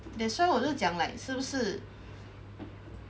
that's why 我就讲 like 是不是